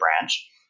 branch